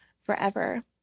forever